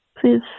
Please